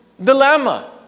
dilemma